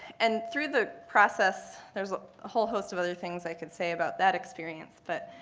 and through the process, there's a whole host of other things i could say about that experience, but